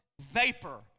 vapor